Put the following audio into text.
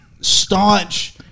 staunch